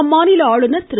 அம்மாநில ஆளுநர் திரு